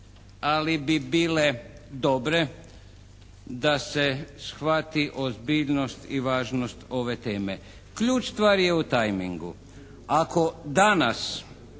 ali bi bile dobre da se shvati ozbiljnost i važnost ove teme. Ključ stvari je u tajmingu. Ako danas,